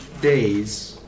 Days